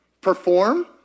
perform